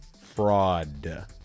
fraud